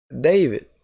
David